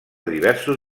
diversos